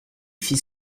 fit